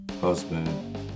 husband